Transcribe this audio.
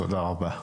תודה רבה.